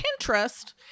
Pinterest